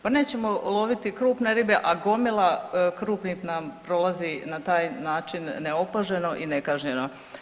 Pa nećemo loviti krupne ribe, a gomila krupnih nam prolazi na taj način neopaženo i nekažnjeno.